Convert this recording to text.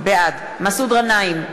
בעד מסעוד גנאים,